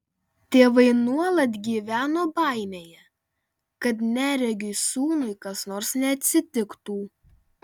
tėvai nuolat gyveno baimėje kad neregiui sūnui kas nors neatsitiktų